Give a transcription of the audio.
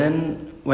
mm